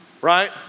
Right